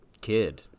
kid